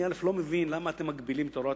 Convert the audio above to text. אני לא מבין למה אתם מגבילים את הוראת